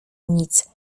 nic